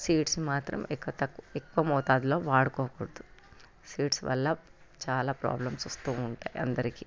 seeds మాత్రం ఎక్కువ తక్కు ఎక్కువ మోతాదులో వాడుకోకూడదు సీడ్స్ వల్ల చాలా ప్రాబ్లమ్స్ వస్తు ఉంటాయి అందరికి